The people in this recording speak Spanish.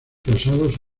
rosados